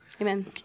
Amen